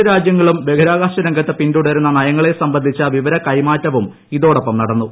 ര ് രാജ്യങ്ങളും ബഹിരാകാശ രംഗത്ത് പിന്തുടരുന്ന നയങ്ങളെ സംബന്ധിച്ച വിവര കൈമാറ്റവും ഇതോടൊപ്പം നടന്നു